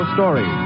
Story